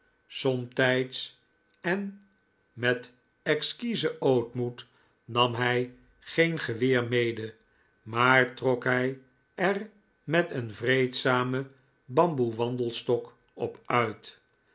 somtijds en met exquisen ootmoed nam hij geen geweer mede maar trok hij er met een vreedzamen bamboe wandelstok op uit